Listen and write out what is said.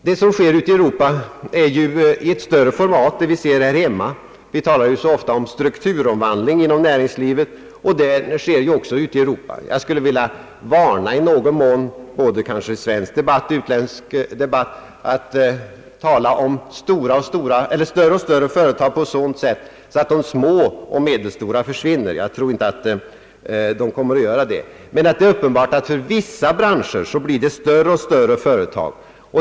Det som sker ute i Europa är i större format det vi ser här hemma. Vi talar så ofta om en strukturomvandling inom näringslivet. Detta sker också i Europa. Jag vill i någon mån varna för det ensidiga talet både i svensk och utländsk debatt om större och större företag vilket sker på ett sådant sätt, att det verkar som om de små och medelstora företagen komme att försvinna. De behövs också. Det är uppenbart att det inom vissa branscher uppstår allt större företag.